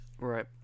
right